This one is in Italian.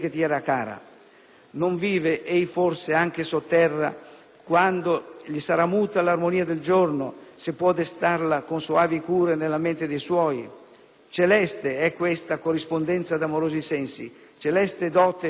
«Non vive ei forse anche sotterra, quando gli sarà muta l'armonia del giorno, se può destarla con soavi cure nella mente de' suoi? Celeste è questa corrispondenza d'amorosi sensi, celeste dote è negli umani;